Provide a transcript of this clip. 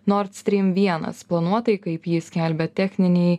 nord strym vienas planuotai kaip ji skelbia techninei